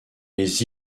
les